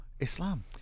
Islam